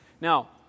Now